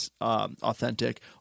authentic